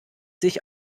sich